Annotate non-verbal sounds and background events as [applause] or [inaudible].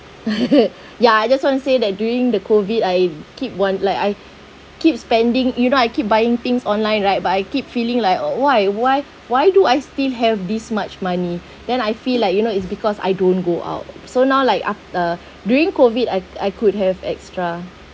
[laughs] ya I just want to say that during the COVID I keep wan~ like I keep spending you know I keep buying things online right but I keep feeling like why why why do I still have this much money then I feel like you know it's because I don't go out so now like after during COVID I I could have extra